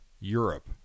Europe